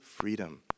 freedom